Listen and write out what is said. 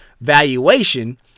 valuation